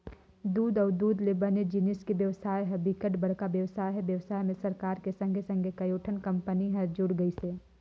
दूद अउ दूद ले बने जिनिस के बेवसाय ह बिकट बड़का बेवसाय हे, बेवसाय में सरकार के संघे संघे कयोठन कंपनी हर जुड़ गइसे